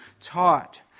taught